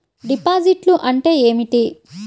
డిపాజిట్లు అంటే ఏమిటి?